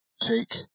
take